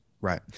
Right